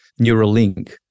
Neuralink